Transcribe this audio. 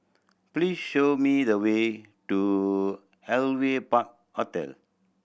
please show me the way to Aliwal Park Hotel